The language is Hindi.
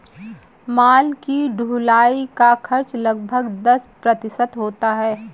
माल की ढुलाई का खर्च लगभग दस प्रतिशत होता है